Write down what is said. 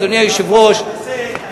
אדוני היושב-ראש,